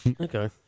Okay